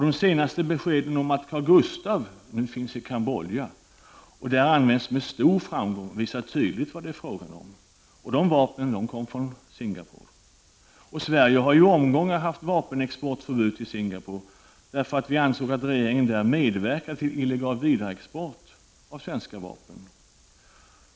De senaste beskeden om att granatgeväret Carl Gustaf nu finns i Kambodja och där används med stor framgång visar tydligt vad det är fråga om. De vapnen kommer från Singapore. Sverige har i omgångar haft vapenexportförbud till Singapore, därför att vi ansåg att regeringen där medverkade till illegal vidareexport av svenska vapen.